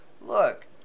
look